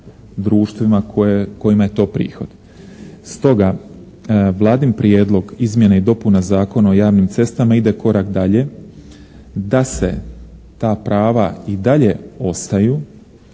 društvima kojima je to prihod. Stoga Vladin prijedlog izmjena i dopuna Zakona o javnim cestama ide korak dalje da se ta prava i dalje ostaju,